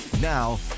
Now